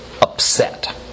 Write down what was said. upset